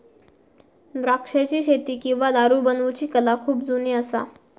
द्राक्षाची शेती किंवा दारू बनवुची कला खुप जुनी असा